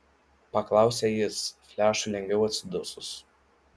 paklausė jis flešui lengviau atsidusus